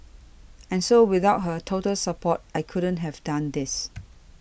and so without her total support I couldn't have done this